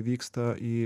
vyksta į